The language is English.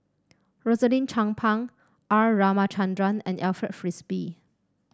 Rosaline Chan Pang R Ramachandran and Alfred Frisby